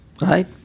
right